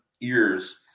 ears